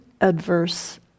adverse